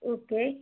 okay